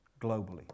globally